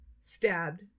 stabbed